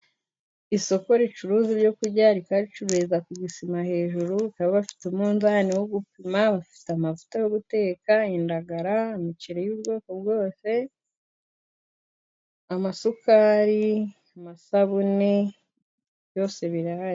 Isoko ricuruza ibyo kurya, rikaba ricururiza ku bisima hejuru, bakaba bafite umunzani wo gupima, bafite amavuta yo guteka indagara, imiceri y'ubwoko bwose, amasukari, amasabune, byose birahari.